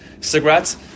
cigarettes